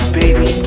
baby